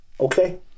Okay